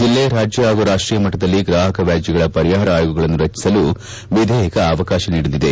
ಜಿಲ್ಲೆ ರಾಜ್ಯ ಹಾಗೂ ರಾಷ್ಷೀಯ ಮಟ್ಟದಲ್ಲಿ ಗ್ರಾಹಕ ವ್ಯಾಜ್ಯಗಳ ಪರಿಹಾರ ಆಯೋಗಗಳನ್ನು ರಚಿಸಲು ವಿಧೇಯಕ ಅವಕಾಶ ನೀಡಲಿದೆ